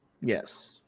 Yes